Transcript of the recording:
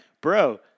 bro